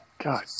God